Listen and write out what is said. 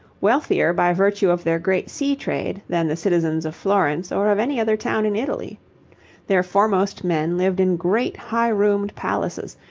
wealthier by virtue of their great sea-trade than the citizens of florence or of any other town in italy their foremost men lived in great high-roomed palaces,